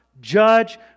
judge